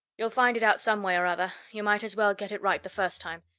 you'll find it out some way or other, you might as well get it right the first time.